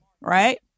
Right